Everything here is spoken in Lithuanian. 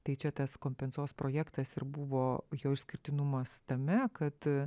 tai čia tas kompensos projektas ir buvo jo išskirtinumas tame kad